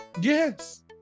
yes